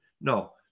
no